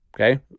okay